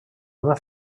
una